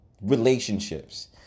relationships